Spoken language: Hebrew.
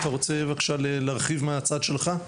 אתה רוצה בבקשה להרחיב מהצד שלך?